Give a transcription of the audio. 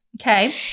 Okay